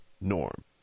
norm